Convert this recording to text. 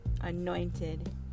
anointed